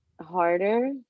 harder